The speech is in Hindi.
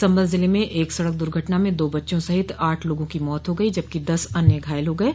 सम्भल ज़िले में एक सड़क दुर्घटना में दो बच्चों सहित आठ लोगों की मौत हो गयी जबकि दस अन्य घायल हो गये